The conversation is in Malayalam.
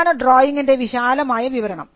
ഇതാണു ഡ്രോയിംഗിൻറെ വിശാലമായ വിവരണം